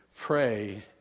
Pray